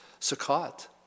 Sukkot